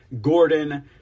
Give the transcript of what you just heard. Gordon